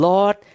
Lord